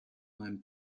meinem